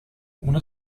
una